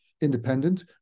independent